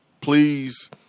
please